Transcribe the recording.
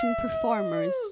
performers